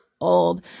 old